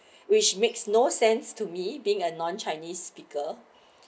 which makes no sense to me being a non chinese speaker